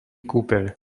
kúpeľ